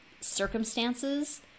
circumstances